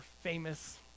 famous